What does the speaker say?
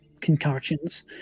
concoctions